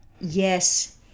Yes